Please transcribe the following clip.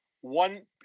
one